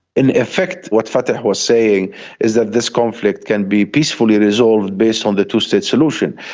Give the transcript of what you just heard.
in effect what fatah was saying is that this conflict can be peacefully resolved based on the two-state solution.